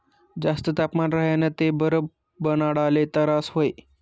जास्त तापमान राह्यनं ते बरफ बनाडाले तरास व्हस